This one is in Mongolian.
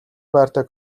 байртай